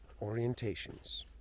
orientations